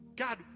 God